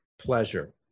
pleasure